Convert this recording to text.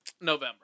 November